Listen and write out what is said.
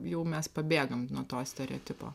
jau mes pabėgam nuo to stereotipo